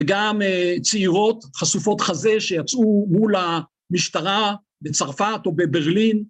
‫וגם צעירות חשופות חזה ‫שיצאו מול המשטרה בצרפת או בברלין.